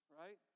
Right